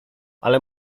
ale